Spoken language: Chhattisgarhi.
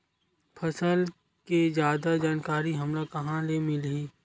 फसल के जादा जानकारी हमला कहां ले मिलही?